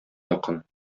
якын